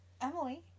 Emily